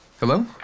Hello